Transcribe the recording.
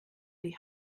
die